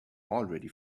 already